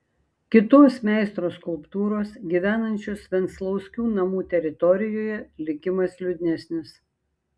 kitos meistro skulptūros gyvenančios venclauskių namų teritorijoje likimas liūdnesnis